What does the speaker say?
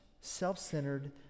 self-centered